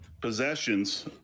possessions